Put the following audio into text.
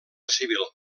civil